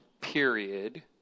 period